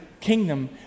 kingdom